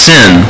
Sin